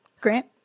Grant